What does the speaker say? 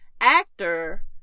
actor